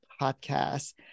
Podcast